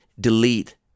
delete